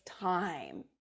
time